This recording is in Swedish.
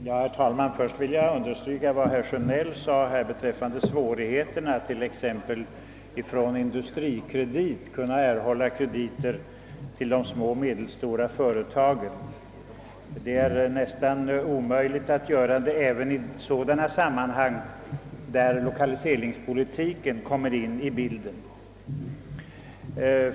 Herr talman! Jag vill först understryka vad herr Sjönell framhöll beträffande svårigheterna att t.ex. från AB Industrikredit kunna erhålla krediter till de små och medelstora företagen. Det är nästan omöjligt att få sådana krediter t.o.m. i sammanhang, där lokaliseringspolitiken kommer in.